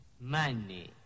Money